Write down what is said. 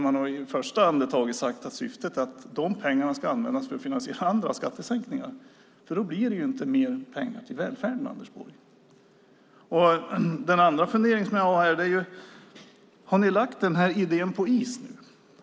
Man har ju i första andetaget sagt att dessa pengar ska användas till att finansiera andra skattesänkningar, och då blir det inte mer pengar till välfärden, Anders Borg. Den andra funderingen jag har är om ni nu har lagt denna idé på is.